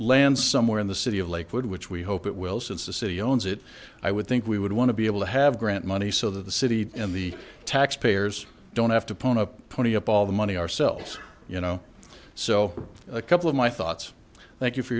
land somewhere in the city of lakewood which we hope it will since the city owns it i would think we would want to be able to have grant money so that the city and the taxpayers don't have to pony up pony up all the money ourselves you know so a couple of my thoughts thank you for